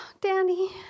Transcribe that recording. Danny